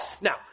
Now